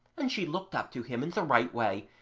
and she looked up to him in the right way,